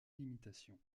limitation